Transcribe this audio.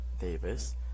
Davis